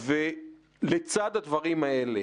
לצד הדברים האלה,